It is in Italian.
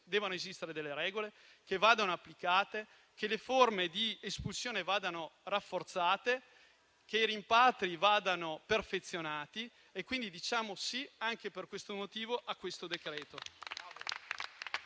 debbano esistere delle regole e che vadano applicate, che le forme di espulsione vadano rafforzate, che i rimpatri vadano perfezionati e quindi diciamo sì anche per questo motivo a questo decreto.